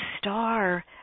star